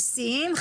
נשיאים,